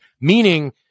Meaning